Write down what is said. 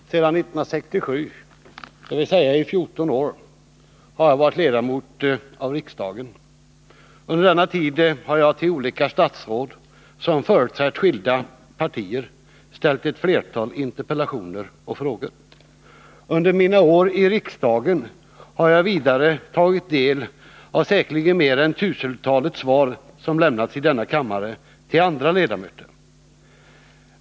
Herr talman! Sedan 1967, dvs. i 14 år, har jag varit ledamot av riksdagen. Under denna tid har jag till olika statsråd som företrätt skilda partier ställt ett flertal interpellationer och frågor. Under mina år i riksdagen har jag vidare tagit del av säkerligen mer än tusentalet svar som lämnats i denna kammare till andra ledamöter.